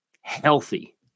healthy